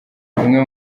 bimwe